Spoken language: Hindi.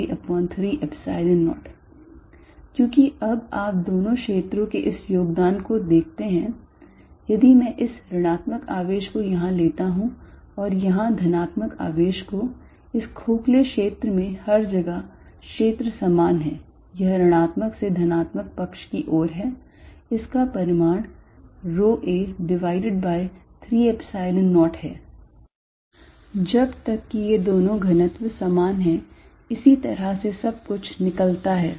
Er130r23030r1r2a30 क्योंकि अब आप दोनों क्षेत्रों के इस योगदान को देखते हैं यदि मैं इस ऋणात्मक आवेश को यहाँ लेता हूँ और यहाँ धनात्मक आवेश को इस खोखले क्षेत्र में हर जगह क्षेत्र समान है यह ऋणात्मक से धनात्मक पक्ष की ओर है इसका परिमाण rho a divide by 3 Epsilon 0 है जब तक कि ये दोनों घनत्व समान हैं इसी तरह से सब कुछ निकलता है